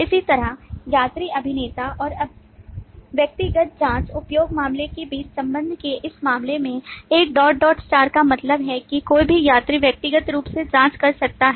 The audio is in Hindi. इसी तरह यात्री अभिनेता और व्यक्तिगत जाँच उपयोग मामले के बीच संबंध के इस मामले में 1 डॉट डॉट स्टार का मतलब है कि कोई भी यात्री व्यक्तिगत रूप से जांच कर सकता है